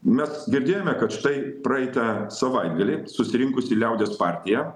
mes girdėjome kad štai praeitą savaitgalį susirinkusi liaudies partija